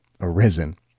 arisen